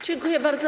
Dziękuję bardzo.